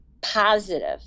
positive